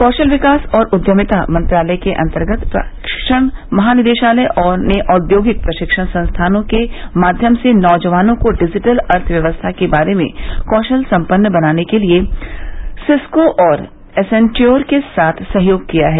कौशल विकास और उद्यमिता मंत्रालय के अन्तर्गत प्रशिक्षण महानिदेशालय ने औद्योगिक प्रशिक्षण संस्थानों के माध्यम से नौजवानों को डिजिटल अर्थव्यवस्था के बारे में कौशल संपन्न बनाने के लिए सिस्को और एसेन्ट्योर के साथ सहयोग किया है